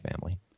family